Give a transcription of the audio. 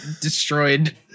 destroyed